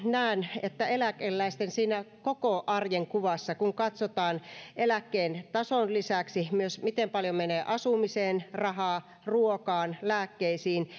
näen että eläkeläisten siinä koko arjen kuvassa kun katsotaan eläkkeen tason lisäksi myös miten paljon menee rahaa asumiseen ruokaan lääkkeisiin